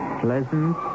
pleasant